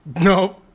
No